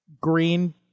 green